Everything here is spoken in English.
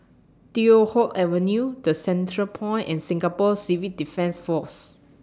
Teow Hock Avenue The Centrepoint and Singapore Civil Defence Force